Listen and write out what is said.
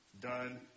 done